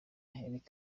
eric